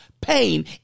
pain